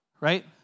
right